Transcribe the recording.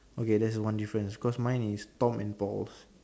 okay there's a one difference cause mine is Tom and Paul's